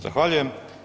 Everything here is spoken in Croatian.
Zahvaljujem.